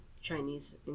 Chinese